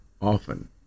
often